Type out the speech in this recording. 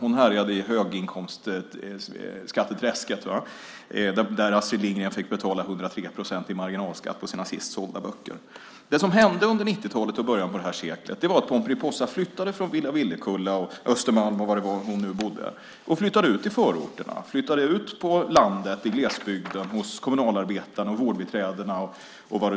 Hon härjade i höginkomstskatteträsket. Astrid Lindgren fick betala 103 procent i marginalskatt på sina sist sålda böcker. Under 90-talet och i början av det här seklet flyttade Pomperipossa från Villa Villekulla, Östermalm och var hon nu bodde ut i förorterna. Hon flyttade ut på landet i glesbygden till kommunalarbetarna och vårdbiträdena.